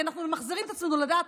כי אנחנו ממחזרים את עצמנו לדעת.